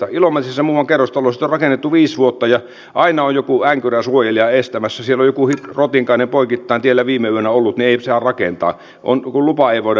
ilomantsissa muuatta kerrostaloa on rakennettu viisi vuotta ja aina on joku änkyrä suojelija estämässä siellä on joku rotinkainen poikittain tiellä viime yönä ollut niin ei saa rakentaa lupaa ei voida myöntää